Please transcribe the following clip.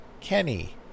kenny